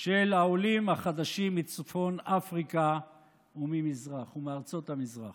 של העולים החדשים מצפון אפריקה ומארצות המזרח.